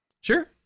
sure